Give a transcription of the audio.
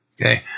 okay